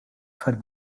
for